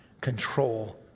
control